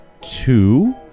two